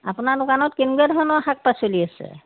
আপোনাৰ দোকানত কেনেকুৱা ধৰণৰ শাক পাচলি আছে